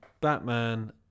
Batman